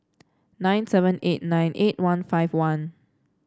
nine seven eight nine eight one five one